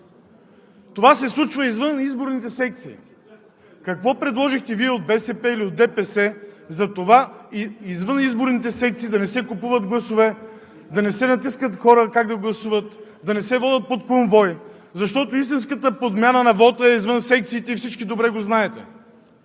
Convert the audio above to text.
Това се случва извън изборните секции! Какво предложихте Вие от БСП или от ДПС за това извън изборните секции да не се купуват гласове, да не се натискат хора как да гласуват, да не се водят под конвой, защото истинската подмяна на вота е извън секциите и всички добре го знаете?!